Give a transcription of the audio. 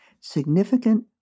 significant